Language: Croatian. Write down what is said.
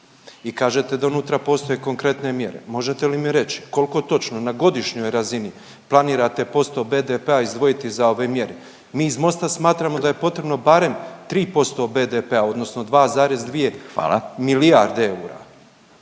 i kažete da unutra postoje konkretne mjere, možete li mi reći kolko točno na godišnjoj razini planirate posto BDP-a izdvojiti za ove mjere? Mi iz Mosta smatramo da je potrebno barem 3% BDP-a odnosno 2,2 …/Upadica